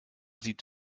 sieht